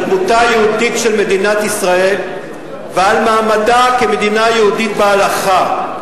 על דמותה היהודית של מדינת ישראל ועל מעמדה כמדינה יהודית בהלכה.